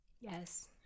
Yes